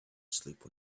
sleep